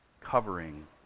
covering